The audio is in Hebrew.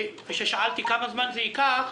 כאשר שאלתי כמה זמן זה ייקח,